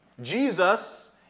Jesus